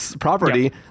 property